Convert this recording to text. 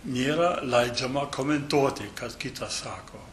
nėra leidžiama komentuoti ką kitas sako